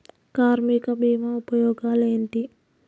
కార్మిక బీమా ఉపయోగాలేంటి?